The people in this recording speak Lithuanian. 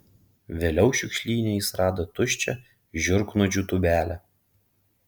vėliau šiukšlyne jis rado tuščią žiurknuodžių tūbelę